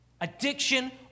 addiction